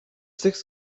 six